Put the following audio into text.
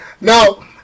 now